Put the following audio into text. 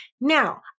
Now